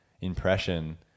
impression